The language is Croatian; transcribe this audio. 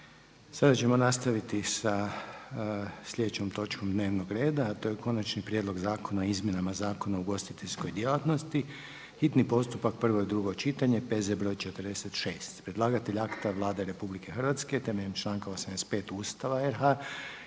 Sada ćemo nastaviti sa slijedećom točkom dnevnog reda, a to je: - Konačni prijedlog Zakona o izmjenama Zakona o ugostiteljskoj djelatnosti, hitni postupak, prvo i drugo čitanje, P.Z.BR.46. Predlagatelj akta je Vlada Republike Hrvatske temeljem članka 85. Ustava RH